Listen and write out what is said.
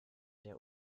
der